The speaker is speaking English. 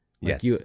Yes